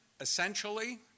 essentially